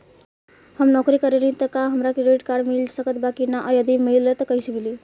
हम नौकरी करेनी त का हमरा क्रेडिट कार्ड मिल सकत बा की न और यदि मिली त कैसे मिली?